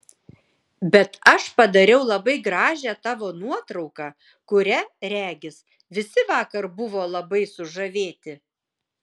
bet aš padariau labai gražią tavo nuotrauką kuria regis visi vakar buvo labai sužavėti